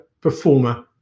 performer